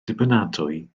dibynadwy